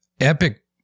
epic